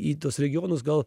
į tuos regionus gal